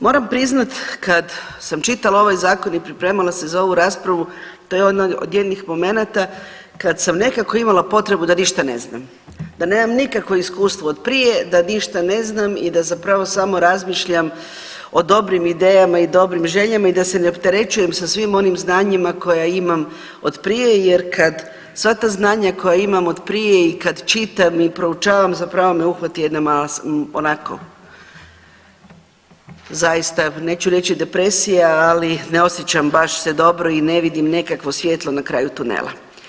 Moram priznat kad sam čitala ovaj zakon i pripremala se za ovu raspravu, to je onaj od jednih momenata kad sam nekako imala potrebu da ništa ne znam, da nemam nikakvo iskustvo od prije, da ništa ne znam i da zapravo samo razmišljam o dobrim idejama i dobrim željama i da se ne opterećujem sa svim onim znanjima koja imam od prije jer kad sva ta znanja koja imam od prije i kad čitam i proučavam zapravo me uhvati jedna mala onako zaista neću reći depresija, ali ne osjećam baš se dobro i ne vidim nekakvo svjetlo na kraju tunela.